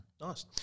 Nice